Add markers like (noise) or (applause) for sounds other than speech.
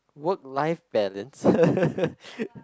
work life balance (laughs)